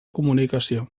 comunicació